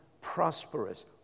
prosperous